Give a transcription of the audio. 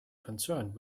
concerned